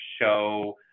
show